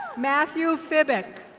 matthew fibbeck.